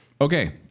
Okay